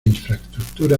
infraestructura